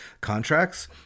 contracts